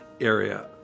area